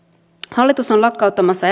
hallitus on lakkauttamassa